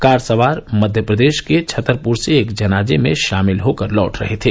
car सवार मध्य प्रदेश के छतरपुर से एक जनाजे में शामिल होकर लौट रहे थे